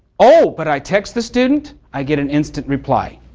oh, but i text the student, i get an instant reply.